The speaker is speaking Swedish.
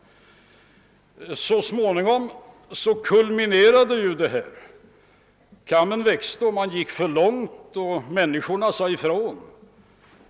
Så småningom kulminerade detta; kammen växte och man gick för långt: människorna sade ifrån.